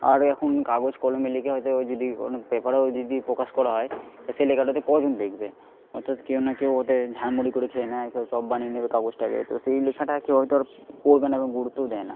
আর এখন কাগজ কলমে লিখে হয়ত যদি কোনো পেপারেও যদি প্রকাশ করা হয় তা সে লেখাটা তো কজন দেখবে অর্থাৎ কেউ না কেউ ওতে ঝালমুড়ি করে খেয়ে নেয় কেউ চপ বানিয়ে নেবে কাগজটাকে তো সেই লেখাটা কেউই তো আর পড়বে না এবং গুরুত্বও দেয় না